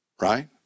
right